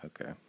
Okay